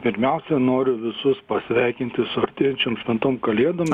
pirmiausia noriu visus pasveikinti su artėjančiom šventom kalėdom